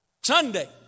Sunday